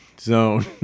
zone